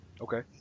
Okay